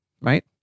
right